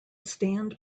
stand